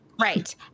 Right